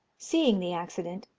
seeing the accident,